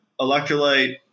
electrolyte